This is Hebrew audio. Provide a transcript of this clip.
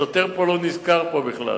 השוטר לא נזכר פה בכלל.